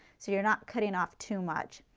so you are not cutting off too much.